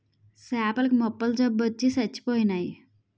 సేపల కి మొప్పల జబ్బొచ్చి సచ్చిపోయినాయి